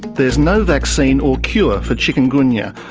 there's no vaccine or cure for chikungunya.